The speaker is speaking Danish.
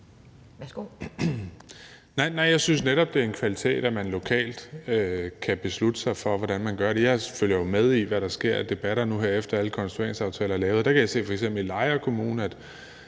Bek): Nej, jeg synes netop, det er en kvalitet, at man lokalt kan beslutte sig for, hvordan man gør det. Jeg følger jo med i, hvad der er af debatter nu her, efter at alle konstitueringsaftaler er lavet, og der kan jeg f.eks. se i Lejre Kommune, at